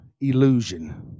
illusion